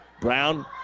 Brown